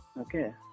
Okay